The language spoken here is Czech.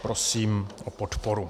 Prosím o podporu.